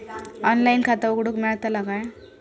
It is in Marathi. ऑनलाइन खाता उघडूक मेलतला काय?